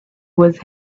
was